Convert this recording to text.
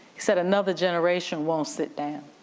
said another generation won't sit down.